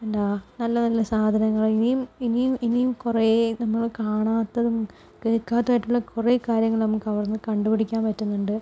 എന്താ നല്ല നല്ല സാധനങ്ങള് ഇനിയും ഇനിയും ഇനിയും കുറേ നമ്മള് കാണാത്തതും കേൾക്കാത്തതുമായിട്ടുള്ള കുറേ കാര്യങ്ങള് നമുക്കവിടെനിന്ന് കണ്ട് പിടിക്കാൻ പറ്റുന്നുണ്ട്